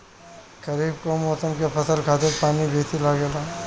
खरीफ कअ मौसम के फसल खातिर पानी बेसी लागेला